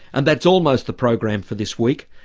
and that's almost the program for this week.